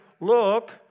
look